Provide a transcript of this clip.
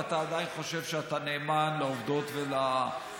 ואתה עדיין חושב שאתה נאמן לעובדות ולהיסטוריה.